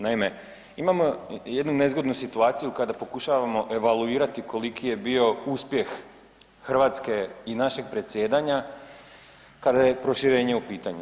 Naime, imamo jednu nezgodnu situaciju kada pokušavamo evaluirati koliki je bio uspjeh Hrvatske i našeg predsjedanja kada je proširenje u pitanju.